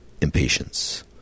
impatience